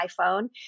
iPhone